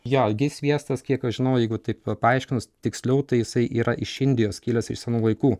jo gi sviestas kiek aš žinau jeigu taip paaiškinus tiksliau tai jisai yra iš indijos kilęs iš senų laikų